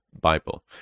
Bible